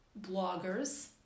bloggers